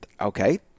Okay